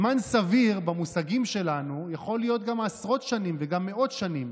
זמן סביר במושגים שלנו יכול להיות גם עשרות שנים וגם מאות שנים,